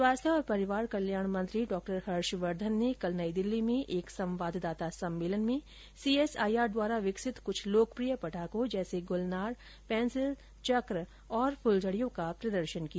स्वास्थ्य और परिवार कल्याण मंत्री डा हर्षवर्धन ने कल नई दिल्ली में एक संवाददाता सम्मेलन में सीएसआईआर द्वारा विकसित कुछ लोकप्रिय पटाखों जैसे गुलनार पेंसिल चक्र और फूलझड़ियों का प्रदर्शन किया